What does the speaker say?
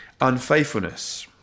unfaithfulness